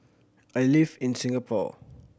I live in Singapore